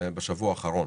בשבוע האחרון.